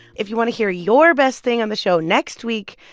if you want to hear your best thing on the show next week,